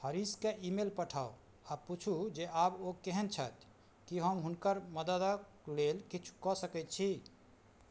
हरीशकेँ email पठाउ आओर पुछू जे आब ओ केहन छथि कि हम हुनकर मदतिके लेल किछु कऽ सकै छी